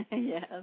Yes